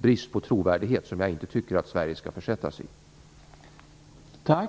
brist på trovärdighet som jag inte tycker att Sverige skall utsätta sig för.